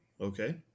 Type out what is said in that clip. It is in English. Okay